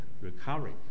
recovery